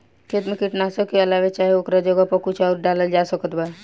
खेत मे कीटनाशक के अलावे चाहे ओकरा जगह पर कुछ आउर डालल जा सकत बा?